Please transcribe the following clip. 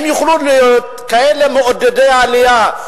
הם יוכלו להיות מעודדי עלייה,